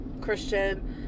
Christian